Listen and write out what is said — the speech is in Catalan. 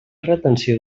retenció